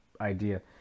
idea